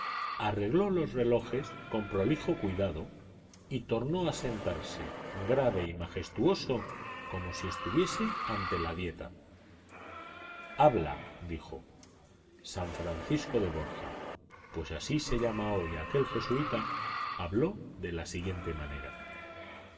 arregló los relojes con prolijo cuidado y tornó a sentarse grave y majestuoso como si estuviese ante la dieta habla dijo san francisco de borja pues así se llama hoy aquel jesuita habló de la manera